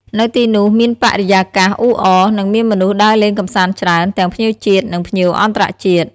នៅទីនោះមានបរិយាកាសអ៊ូអរ និងមានមនុស្សដើរលេងកម្សាន្តច្រើន ទាំងភ្ញៀវជាតិ និងភ្ញៀវអន្តរជាតិ។